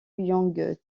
yung